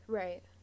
right